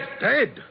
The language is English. Dead